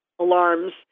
alarms